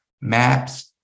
maps